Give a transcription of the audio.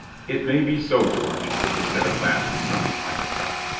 it may be so, george, he said at last with something like a sigh.